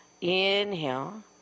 Inhale